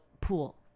pool